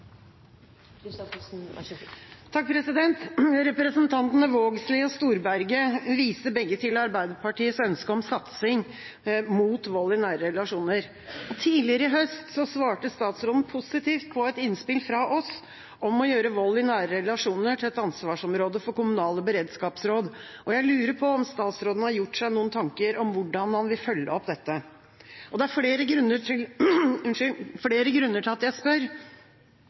Representantene Vågslid og Storberget viste begge til Arbeiderpartiets ønske om satsing mot vold i nære relasjoner. Tidligere i høst svarte statsråden positivt på et innspill fra oss om å gjøre vold i nære relasjoner til et ansvarsområde for kommunale beredskapsråd. Jeg lurer på om statsråden har gjort seg noen tanker om hvordan han vil følge opp dette. Det er flere grunner til